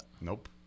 Nope